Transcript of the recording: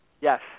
Yes